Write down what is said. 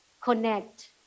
Connect